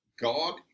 God